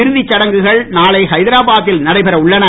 இறுதிச் சடங்குகள் நாளை ஹைதராபாத்தில் நடைபெற உள்ளன